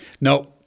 No